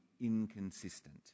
inconsistent